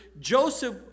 Joseph